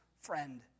friend